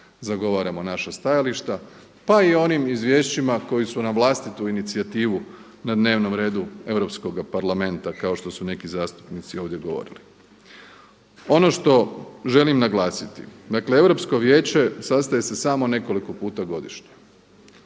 zagovaramo naša stajališta, pa i onim izvješćima koji su na vlastitu inicijativu na dnevnom redu Europskog parlamenta kao što su neki zastupnici ovdje govorili. Ono što želim naglasiti, dakle Europsko vijeće sastaje se samo nekoliko puta godišnje,